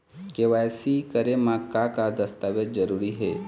KYC करे म का का दस्तावेज जरूरी हे?